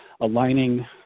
aligning